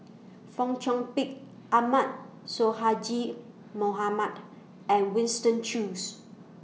Fong Chong Pik Ahmad Sonhadji Mohamad and Winston Choos